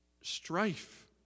Strife